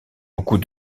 beaucoup